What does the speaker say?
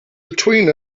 between